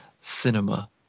cinema